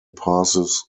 passes